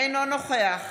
אינו נוכח